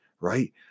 right